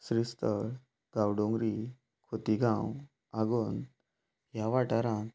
श्रीस्थळ गांवडोंगरी खोतीगांव आगोंद ह्या वाठारांत